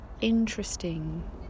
interesting